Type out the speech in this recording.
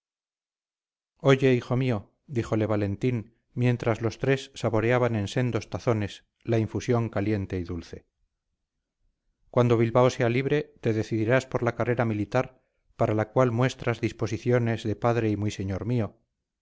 oye hijo mío díjole valentín mientras los tres saboreaban en sendos tazones la infusión caliente y dulce cuando bilbao sea libre te decidirás por la carrera militar para la cual muestras disposiciones de padre y muy señor mío